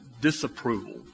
disapproval